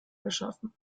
geschaffen